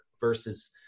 versus